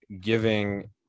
giving